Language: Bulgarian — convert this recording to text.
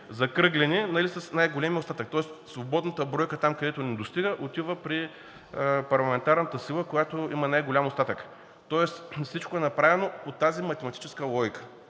закръгляне с най-големия остатък. Тоест свободната бройка – там, където не достига, отива при парламентарната сила, която има най-голям остатък и всичко е направено по тази математическа логика.